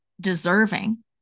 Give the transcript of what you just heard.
deserving